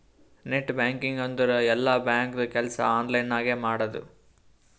net banking ಅಂದುರ್ ಎಲ್ಲಾ ಬ್ಯಾಂಕ್ದು ಕೆಲ್ಸಾ ಆನ್ಲೈನ್ ನಾಗೆ ಮಾಡದು